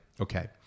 okay